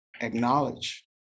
Acknowledge